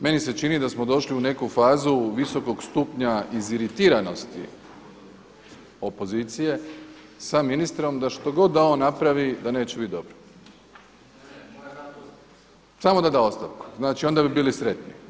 Meni se čini da smo došli u neku fazu visokog stupnja iziritiranosti opozicije sa ministrom da što god da on napravi da neće biti dobro. … [[Upadica se ne razumije.]] samo da da ostavku, znači onda bi bili sretni.